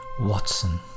Watson